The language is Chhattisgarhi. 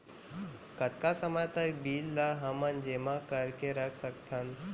कतका समय तक बीज ला हमन जेमा करके रख सकथन?